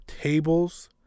tables